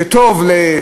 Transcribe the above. שטובה,